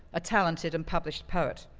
a talented and published poet.